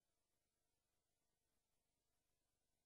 מכאן, אדוני